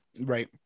Right